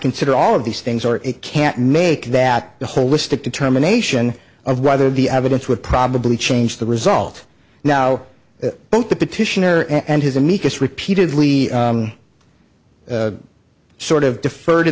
consider all of these things or it can't make that the holistic determination of whether the evidence would probably change the result now both the petitioner and his amicus repeatedly sort of defer to